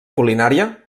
culinària